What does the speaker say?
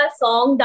song